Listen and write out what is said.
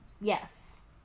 Yes